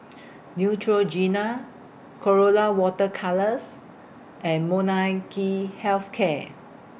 Neutrogena Colora Water Colours and Molnylcke Health Care